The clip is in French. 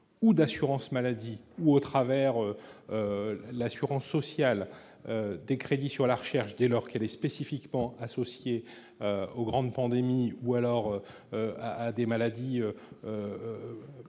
ou d'assurance maladie ou au travers l'assurance sociale des crédits sur la recherche dès lors qu'avait spécifiquement associés aux grandes pandémies ou alors à des maladies